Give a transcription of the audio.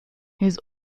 his